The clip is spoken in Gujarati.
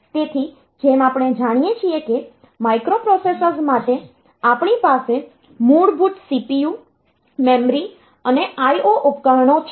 તેથી જેમ આપણે જાણીએ છીએ કે માઇક્રોપ્રોસેસર માટે આપણી પાસે મૂળભૂત CPU મેમરી અને IO ઉપકરણો છે